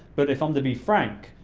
but if i'm gonna be frank,